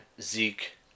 Zeke